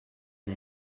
and